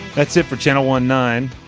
that's it for channel one-nine,